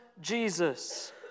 Jesus